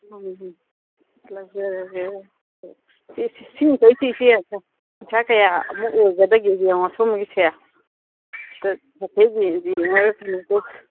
ꯎꯝ ꯂꯧꯖꯔꯒꯦ ꯁꯤꯉꯩꯁꯦ ꯏꯆꯦ ꯄꯩꯁꯥ ꯀꯌꯥ ꯑꯃꯨꯛ ꯑꯣꯏꯒꯗꯒꯦ ꯌꯦꯡꯉꯣ ꯁꯣꯝꯒꯤꯁꯦ ꯍꯥꯏꯐꯦꯠ ꯌꯦꯡꯉꯒ ꯀꯩꯅꯣꯇꯧ